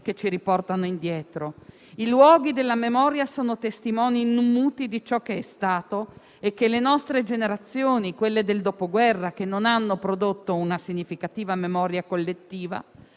che ci riportano indietro. I luoghi della memoria sono testimoni muti di ciò che è stato e che le nostre generazioni, quelle del Dopoguerra, che non hanno prodotto una significativa memoria collettiva,